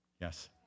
Yes